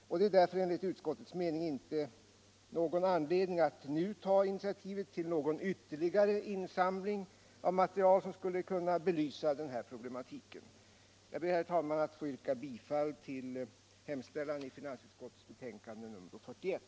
Därför är det enligt utskottets mening inte någon anledning att nu ta initiativ till någon ytterligare insamling av material som skulle kunna bevisa denna problematik. Jag ber, herr talman, att få yrka bifall till utskottets hemställan i finansutskottets betänkande nr 41.